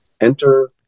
enter